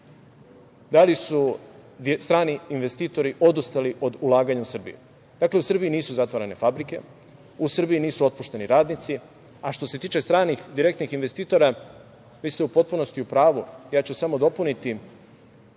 maločas, strani investitori odustali od ulaganja u Srbiju? Dakle, u Srbiji nisu zatvarane fabrike, u Srbiji nisu otpuštani radnici, a što se tiče stranih direktnih investitora, vi ste u potpunosti u pravu, ja ću samo dopuniti.